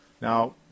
Now